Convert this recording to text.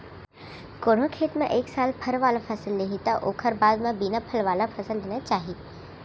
कोनो खेत म एक साल फर वाला फसल ले हे त ओखर बाद म बिना फल वाला फसल लेना चाही